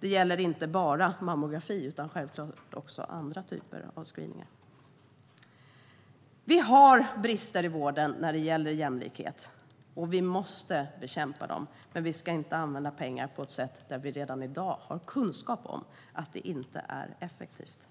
Det gäller inte bara mammografi utan självklart också andra typer av screening. Vi har brister i vården när det gäller jämlikhet, och vi måste bekämpa dem. Men vi ska inte använda pengar på ett sätt som vi redan i dag har kunskap om att det inte är effektivt.